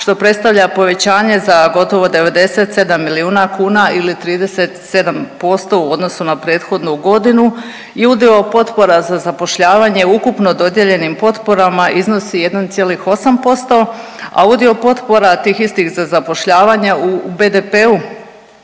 što predstavlja povećanje za gotovo 97 milijuna kuna ili 37% u odnosu na prethodnu godinu i udio potpora za zapošljavanje ukupno dodijeljenim potporama iznosi 1,8%, a udio potpora tih istih za zapošljavanje u BDP-u